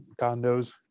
condos